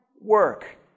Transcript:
work